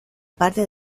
parte